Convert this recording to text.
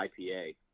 IPA